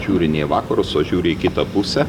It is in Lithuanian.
žiūri ne į vakarus o žiūri į kitą pusę